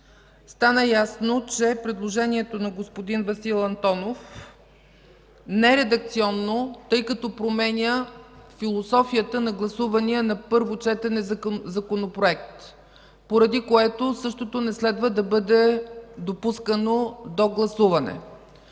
стана ясно, че предложението на господин Васил Антонов не е редакционно, тъй като променя философията на гласувания на първо четене Законопроект, поради което същото не следва да бъде допускано до гласуване.